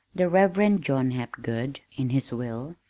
the reverend john hapgood, in his will,